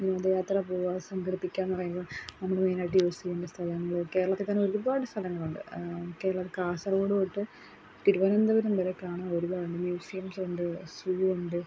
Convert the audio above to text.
വിനോദ യാത്ര പൂവാൻ സംഘടിപ്പിയ്ക്കാന്ന് പറയുമ്പോൾ നമ്മൾ മെയ്നായിട്ട് യൂസ് ചെയ്യുന്ന സ്ഥലം കേരളത്തിത്തന്നൊരുപാട് സലങ്ങളുണ്ട് കേരളം കാസർഗോഡ് തൊട്ട് തിരുവനന്തപുരം വരെ കാണാൻ ഒരുപാട് മ്യൂസിയംസുണ്ട് സൂവൊണ്ട്